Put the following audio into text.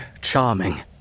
charming